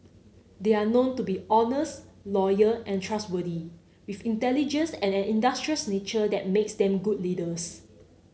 they are known to be honest loyal and trustworthy with intelligence and an industrious nature that makes them good leaders